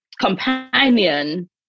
companion